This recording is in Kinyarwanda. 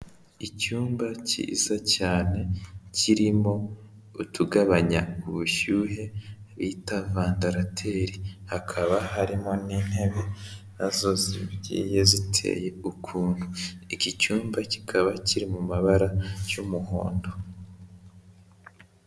icyumba kiza cyane kirimo utugabanya ubushyuhe bita vandalateri hakaba harimo n'intebe nazo zigiye ziteye ukuntu iki cyumba kikaba kiri mu mabara y'umuhondo